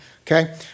Okay